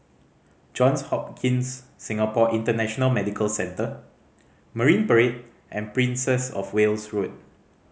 Johns Hopkins Singapore International Medical Centre Marine Parade and Princess Of Wales Road